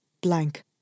blank